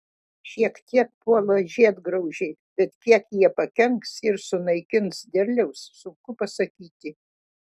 šiek tiek puola žiedgraužiai bet kiek jie pakenks ir sunaikins derliaus sunku pasakyti